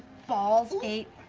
balls. eight,